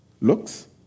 looks